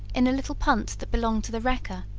in a little punt that belonged to the wrecker,